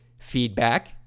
feedback